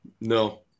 No